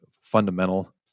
fundamental